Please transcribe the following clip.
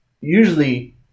usually